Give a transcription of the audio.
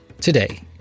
Today